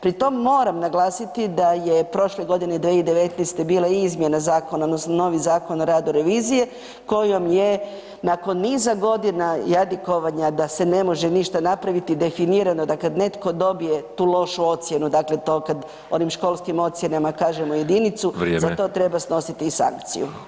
Pri tom moram naglasiti da je prošle godine 2019. bila izmjena zakona odnosno novi Zakon o radu revizije kojom je nakon niza godina jadikovanja da se ne može ništa napraviti definirano da kada netko dobije tu lošu ocjenu, dakle to kada onim školskim ocjenama kažemo jedinicu za to treba snositi i sankciju.